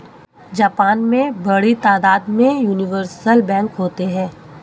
Japan में बड़ी तादाद में यूनिवर्सल बैंक होते हैं